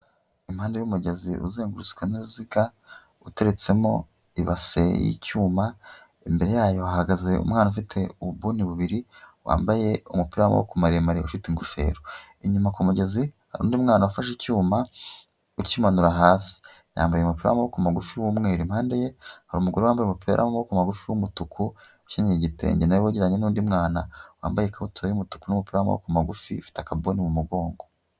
Impande y'umugezi uzengurutswe n'uruziga uteretsemo ibase y' icyuma, imbere yayo hahagaze umwana ufite ubu buni bubiri wambaye umupira w' amaboko maremare ufite ingofero inyuma. Kumugezi hari undi mwana ufashe icyuma ukimanura hasi, yambaye umupira w' amaboko magufi w'umweru impande ye hari umugore wambaye umupira w' amaboko magufi y'umutuku ukenyeye igitenge, nawe wegeranye n' undi mwana wambaye ikabutura y' umutuku n' umupira w' amaboko magufi ufite aka buni mu mugongo.